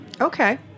Okay